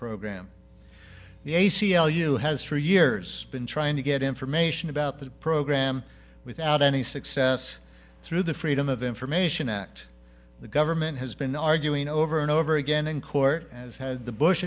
program the a c l u has for years been trying to get information about the program without any success through the freedom of information act the government has been arguing over and over again in court as had the bush